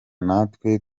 natwe